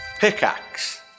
Pickaxe